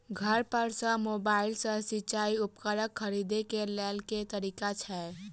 घर पर सऽ मोबाइल सऽ सिचाई उपकरण खरीदे केँ लेल केँ तरीका छैय?